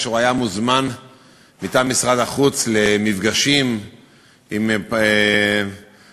כאשר היה מוזמן מטעם משרד החוץ למפגשים עם פוליטיקאים,